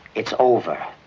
it's over,